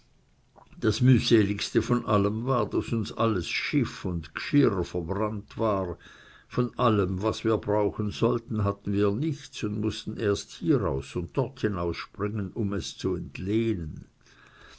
das mühseligste von allem war daß uns alles schiff und gschirr verbrannt war von allem was wir brauchen wollten hatten wir nichts und mußten erst hier aus und dort aus springen um es zu entlehnen